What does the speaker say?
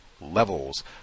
levels